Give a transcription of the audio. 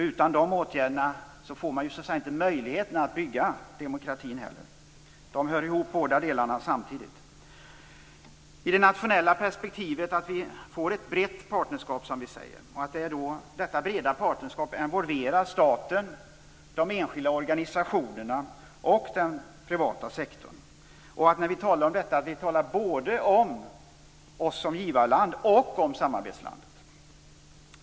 Utan de åtgärderna får man ju inte heller möjlighet att bygga demokratin. Dessa delar hör ihop. I det nationella perspektivet gäller det att vi får ett brett partnerskap, som vi säger. Detta breda partnerskap bör involvera staten, de enskilda organisationerna och den privata sektorn. När vi talar om detta talar vi både om oss som givarland och om samarbetslandet.